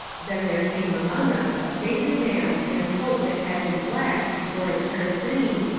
then there came among us a faded man in a coat that had been black be fore it turned green,